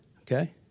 Okay